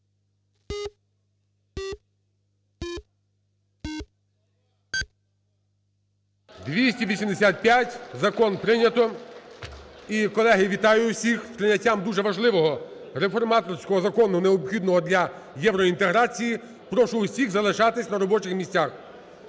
За-285 Закон прийнято. І колеги, вітаю всіх з прийняттям дуже важливого реформаторського закону, необхідного для євроінтеграції. Прошу всіх залишатися на робочих місцях.